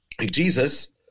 Jesus